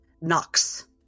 knocks